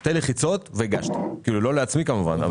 שתי לחיצות, והגשתי לא לעצמי כמובן.